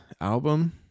album